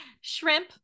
Shrimp